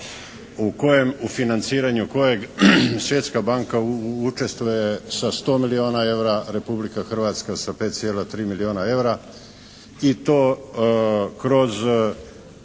u kojem, financiranju kojeg Svjetska banka učestvuje sa 100 milijuna eura, Republika Hrvatska sa 5,3 milijuna eura, i to kroz